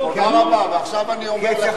ועכשיו אני אומר לך,